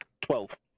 Twelve